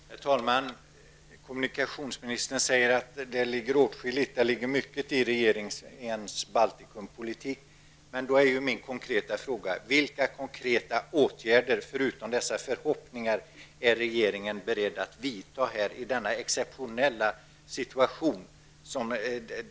Herr talman! Kommunikationsministern säger att det ligger mycket i regeringens Baltikumpolitik. Min fråga är vilka konkreta åtgärder, förutom dessa förhoppningar, som regeringen är beredd att vidta i denna exceptionella situation.